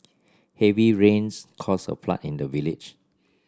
heavy rains caused a flood in the village